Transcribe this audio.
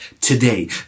today